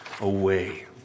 away